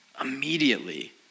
Immediately